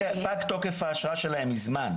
מקרה כרגע בימים אלה,